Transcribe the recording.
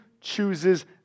chooses